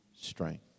Strength